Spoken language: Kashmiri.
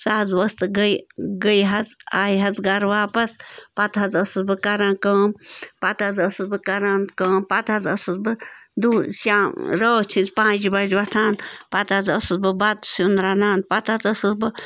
سۄ حظ ؤژھ تہٕ گٔے گٔے حظ آیہِ حظ گَرٕ واپَس پَتہٕ حظ ٲسٕس بہٕ کَران کٲم پَتہٕ حظ ٲسٕس بہٕ کَران کٲم پَتہٕ حظ ٲسٕس بہٕ شام رٲژ ہِنٛزۍ پانٛژِ بَجہِ وۄتھان پتہٕ حظ ٲسٕس بہٕ بَتہٕ سیُن رَنان پَتہٕ حظ ٲسٕس بہٕ